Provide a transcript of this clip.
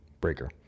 Breaker